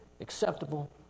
acceptable